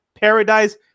paradise